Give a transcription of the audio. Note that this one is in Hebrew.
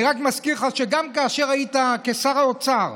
אני רק מזכיר לך גם שכאשר היית שר האוצר,